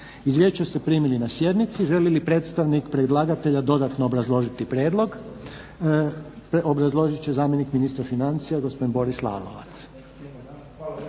Izvješća ste primili na sjednici. Želi li predstavnik predlagatelja dodatno obrazložiti prijedlog? Obrazložit će zamjenik ministra financija gospodin Boris Lalovac.